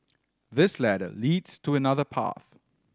this ladder leads to another path